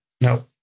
No